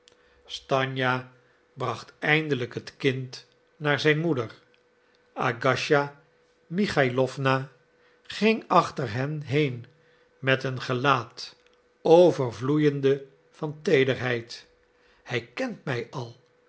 stanja bracht eindelijk het kind naar zijn moeder agasija michalowna ging achter hen heen met een gelaat overvloeiende van teederheid hij kent mij al